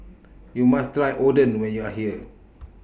YOU must Try Oden when YOU Are here